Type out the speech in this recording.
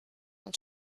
uns